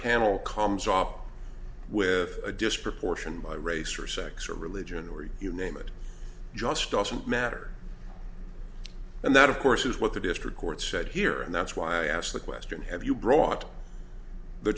panel comes off with a disproportion by race or sex or religion or you name it just doesn't matter and that of course is what the district court said here and that's why i asked the question have you brought the